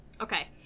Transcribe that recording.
Okay